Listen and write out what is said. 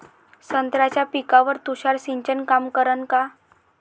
संत्र्याच्या पिकावर तुषार सिंचन काम करन का?